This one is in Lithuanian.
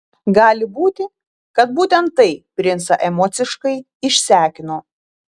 gali būti kad būtent tai princą emociškai išsekino